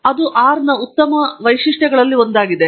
ಅದು ಆರ್ ನ ಉತ್ತಮ ವೈಶಿಷ್ಟ್ಯಗಳಲ್ಲಿ ಒಂದಾಗಿದೆ